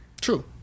True